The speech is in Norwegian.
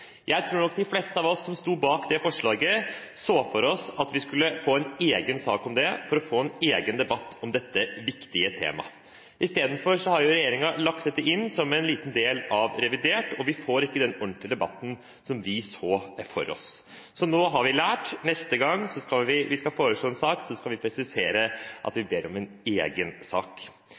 Jeg tror nok de fleste av oss som sto bak det forslaget, så for oss at vi skulle få en egen sak om det for å få en egen debatt om dette viktige temaet. Istedenfor har regjeringen lagt dette inn som en liten del av revidert, og vi får ikke den ordentlige debatten som vi så for oss. Nå har vi lært: Neste gang vi skal foreslå en sak, skal vi presisere at vi ber om en egen sak.